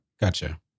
Gotcha